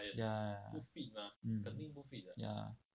ya ya ya ya mm ya